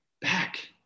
Back